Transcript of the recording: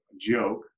joke